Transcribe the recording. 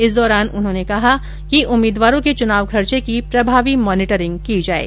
इस दौरान उन्होंने कहा कि उम्मीदवारों के चुनाव खर्चे की प्रभावी मोनिटरिंग की जाये